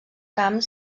camp